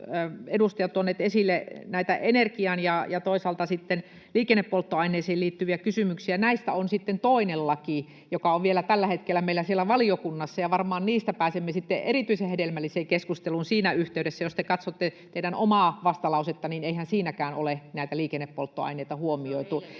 edustajat tuoneet esille näitä energiaan ja toisaalta sitten liikennepolttoaineisiin liittyviä kysymyksiä. Näistä on toinen laki, joka on vielä tällä hetkellä meillä valiokunnassa, ja varmaan niistä pääsemme sitten erityisen hedelmälliseen keskusteluun siinä yhteydessä. Jos te katsotte teidän omaa vastalausettanne, niin eihän siinäkään ole näitä liikennepolttoaineita huomioitu.